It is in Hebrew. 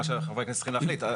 חברי הכנסת צריכים להחליט.